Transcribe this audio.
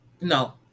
No